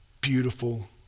beautiful